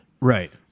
Right